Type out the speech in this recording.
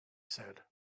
said